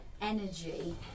energy